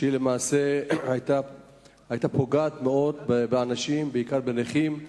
שהיתה פוגעת מאוד באנשים, בעיקר בנכים,